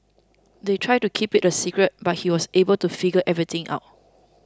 they tried to keep it a secret but he was able to figure everything out